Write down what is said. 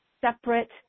separate